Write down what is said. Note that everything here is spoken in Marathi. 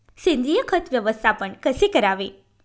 सेंद्रिय खत व्यवस्थापन कसे करावे?